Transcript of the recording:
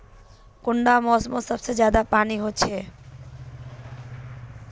कुंडा मोसमोत सबसे ज्यादा पानी होचे?